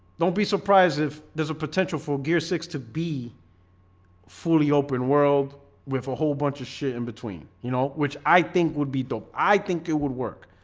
don't be surprised if there's a potential for gear six to be fully open world with a whole bunch of shit in between, you know, which i think would be dope i think it would work.